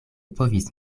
povis